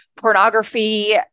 pornography